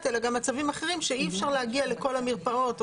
אלא גם מצבים אחרים שאי אפשר להגיע לכל המרפאות.